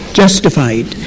justified